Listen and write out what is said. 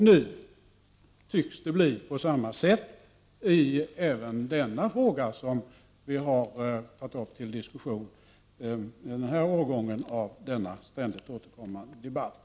Nu tycks det bli på samma sätt även i denna fråga, som vi har tagit upp i den här årgången av denna ständigt återkommande debatt.